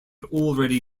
already